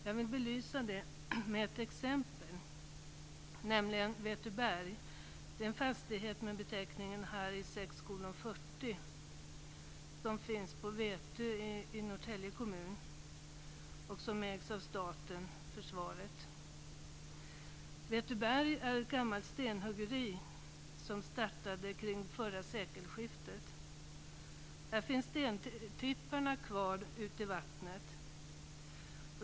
Jag vill belysa detta med ett exempel, nämligen 6:40 som finns på Vätö i Norrtälje kommun. Den ägs av staten - försvaret. Vätöberg är ett gammalt stenhuggeri som startade kring förra sekelskiftet. Där finns stentipparna kvar ute i vattnet.